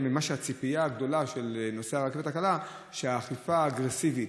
הציפייה הגדולה של נוסעי הרכבת הקלה היא שהאכיפה האגרסיבית,